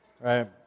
right